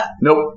Nope